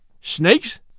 Snakes